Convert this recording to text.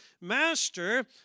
Master